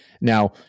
Now